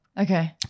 Okay